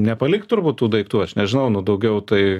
nepalik turbūt tų daiktų aš nežinau nu daugiau tai